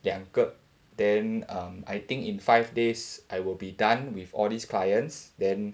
两个 then um I think in five days I will be done with all these clients then